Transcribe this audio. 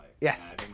yes